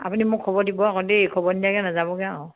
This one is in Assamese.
আপুনি মোক খবৰ দিব আকৌ দেই এই খবৰ নিদিয়াকে নযাবগে আৰু